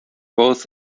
both